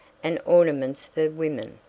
and ornaments for women.